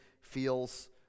feels